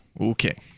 Okay